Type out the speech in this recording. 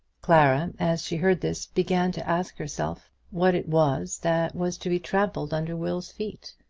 clara, as she heard this, began to ask herself what it was that was to be trampled under will's feet.